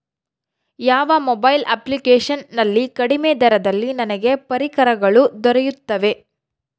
ಯಾವ mobile application ನಲ್ಲಿ ಕಡಿಮೆ ದರದಲ್ಲಿ ನನಗೆ ಪರಿಕರಗಳು ದೊರೆಯುತ್ತವೆ?